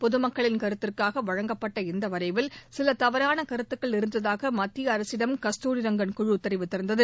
பொது மக்களின் கருத்திற்காக வழங்கப்பட்ட இந்த வரைவில் சில தவறான கருத்துக்கள் இருந்ததாக மத்திய அரசிடம் கஸ்தூரிரங்கன் குழு தெரிவித்திருந்தது